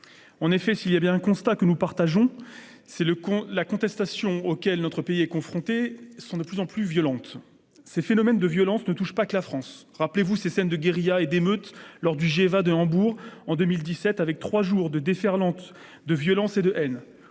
En effet, s'il y a bien un constat que nous partageons, c'est que les contestations auxquelles notre pays est confronté sont de plus en plus violentes. Ces phénomènes de violences ne touchent pas que la France. Rappelez-vous ces scènes de guérillas et d'émeutes lors du G20 de Hambourg en 2017, avec trois jours de déferlement de violence et de haine.